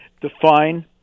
define